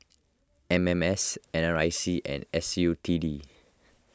M M S N R I C and S U T D